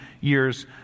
years